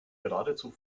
geradezu